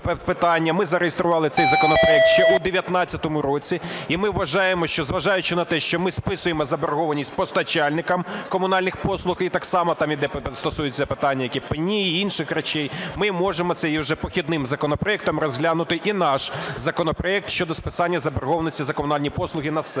Ми зареєстрували цей законопроект ще в 19-му році. І ми вважаємо, що, зважаючи на те, що ми списуємо заборгованість постачальникам комунальних послуг, і так само там йде, стосується питання пені і інших речей, ми можемо цим похідним законопроектом розглянути і наш законопроект щодо списання заборгованості за комунальні послуги населенню.